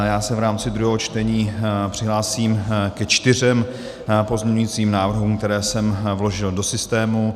V rámci druhého čtení se přihlásím ke čtyřem pozměňovacím návrhům, které jsem vložil do systému.